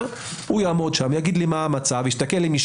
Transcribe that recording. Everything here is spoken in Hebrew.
הוא יעמוד שם, יגיד לי מה המצב ואני אכווין.